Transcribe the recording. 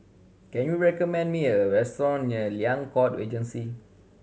can you recommend me a restaurant near Liang Court Regency